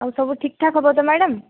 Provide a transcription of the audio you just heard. ଆଉ ସବୁ ଠିକ୍ ଠାକ୍ ହେବ ତ ମ୍ୟାଡ଼ାମ୍